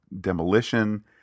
demolition